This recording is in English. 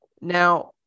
Now